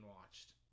watched